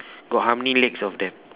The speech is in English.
got how many legs of them